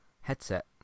headset